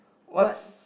what's